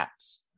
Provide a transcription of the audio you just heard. apps